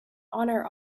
honor